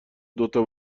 دوتا